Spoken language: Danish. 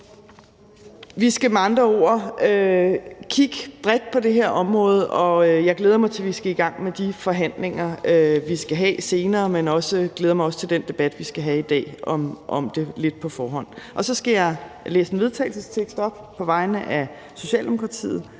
Vi skal med andre ord kigge bredt på det her område, og jeg glæder mig til, at vi skal i gang med de forhandlinger, vi skal have senere, men jeg glæder mig også lidt på forhånd til den debat, vi skal have om det i dag. Så skal jeg på vegne af Socialdemokratiet,